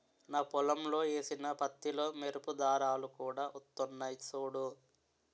నా పొలంలో ఏసిన పత్తిలో మెరుపు దారాలు కూడా వొత్తన్నయ్ సూడూ